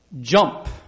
jump